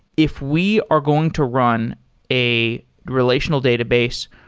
if we are going to run a relational database,